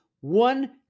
one